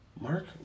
Mark